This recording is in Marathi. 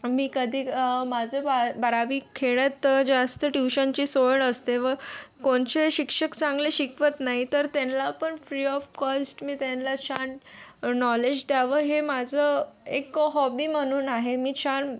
आम्ही कधी अ माझं बा बारावी खेड्यात जास्त ट्युशनची सोय नसते व कोणचे शिक्षक चांगले शिकवत नाही तर त्यांना पण फ्री ऑफ कॉस्ट मी त्यांना छान नॉलेज द्यावं हे माझं एक हॉबी म्हणून आहे मी छान